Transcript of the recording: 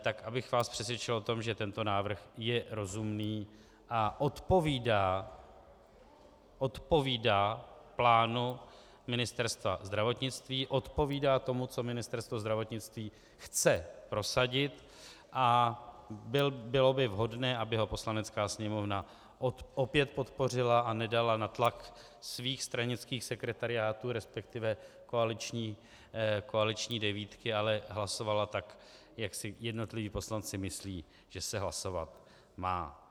Tak abych vás přesvědčil o tom, že tento návrh je rozumný a odpovídá plánu Ministerstva zdravotnictví, odpovídá tomu, co Ministerstvo zdravotnictví chce prosadit, a bylo by vhodné, aby ho Poslanecká sněmovna opět podpořila a nedala na tlak svých stranických sekretariátů, resp. koaliční devítky, ale hlasovala tak, jak si jednotliví poslanci myslí, že se hlasovat má.